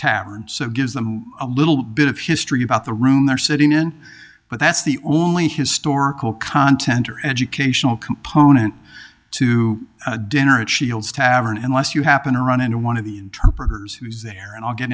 tavern so gives them a little bit of history about the room they're sitting in but that's the only historical content or educational component to dinner at shields tavern unless you happen to run into one of the interpreters who's there and i'll get